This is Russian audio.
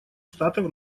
штатов